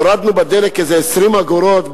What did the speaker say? הורדנו בדלק איזה 20 אגורות,